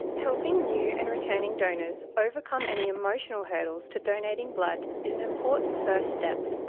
helping new and returning donors overcome any emotional hurdles to donating blood is an important first step.